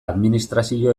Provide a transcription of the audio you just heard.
administrazio